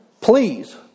Please